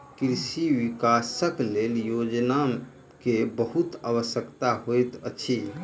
कृषि विकासक लेल योजना के बहुत आवश्यकता होइत अछि